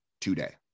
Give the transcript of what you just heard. today